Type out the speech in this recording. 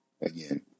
again